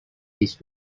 this